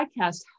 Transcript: podcast